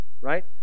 right